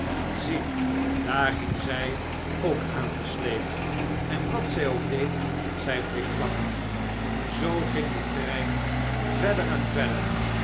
zie daar hing zij ook aan den sleep en wat zij ook deed zij bleef plakken zoo ging de trein al verder en verder